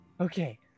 Okay